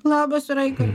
labas raigar